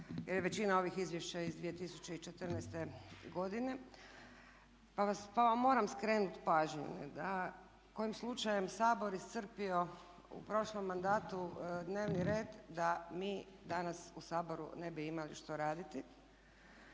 jer je većina ovih izvješća iz 2014. godine pa vam moram skrenuti pažnju da kojim slučajem je Sabor iscrpio u prošlom mandatu dnevni red da mi danas u Saboru ne bi imali što raditi.